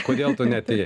kodėl tu neatėjai